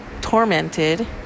tormented